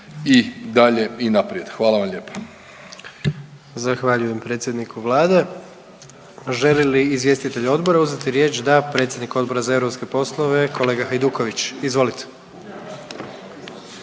**Jandroković, Gordan (HDZ)** Zahvaljujem predsjedniku vlade. Želi li izvjestitelj odbora uzeti riječ? Da, predsjednik Odbora za europske poslove, kolega Hajduković izvolite.